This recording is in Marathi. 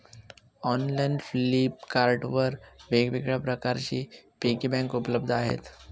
ऑनलाइन फ्लिपकार्ट वर वेगवेगळ्या प्रकारचे पिगी बँक उपलब्ध आहेत